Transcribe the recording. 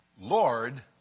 Lord